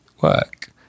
work